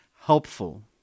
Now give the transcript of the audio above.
helpful